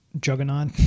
Juggernaut